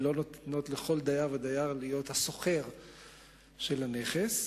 לא נותנות לכל דייר ודייר להיות השוכר של הנכס.